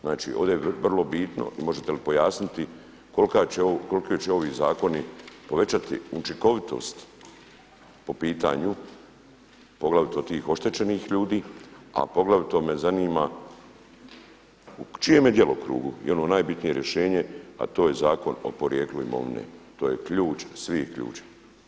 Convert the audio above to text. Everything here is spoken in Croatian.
Znači ovdje je vrlo bitno i možete li pojasniti koliko će ovi zakoni povećati učinkovitost po pitanju poglavito tih oštećenih ljudi, a poglavito me zanima u čijem je djelokrugu i ono najbitnije rješenje, a to je Zakon o porijeklu imovine, to je ključ svih ključeva.